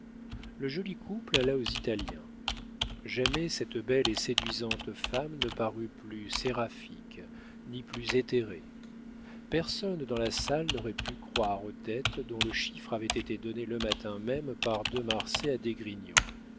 le joli couple alla aux italiens jamais cette belle et séduisante femme ne parut plus séraphique ni plus éthérée personne dans la salle n'aurait pu croire aux dettes dont le chiffre avait été donné le matin même par de marsay à